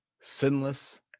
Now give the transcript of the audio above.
sinless